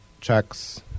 checks